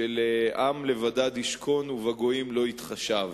של עם לבדד ישכון ובגויים לא יתחשב.